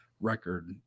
record